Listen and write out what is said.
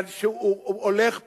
שהולך פה.